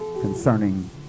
concerning